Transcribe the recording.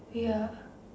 ya